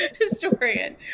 historian